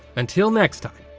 until next time,